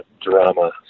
drama